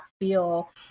feel